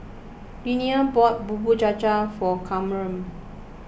Lionel bought Bubur Cha Cha for Camren